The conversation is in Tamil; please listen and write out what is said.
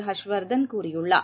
ஹர்ஷ் வர்தன் கூறியுள்ளார்